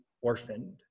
orphaned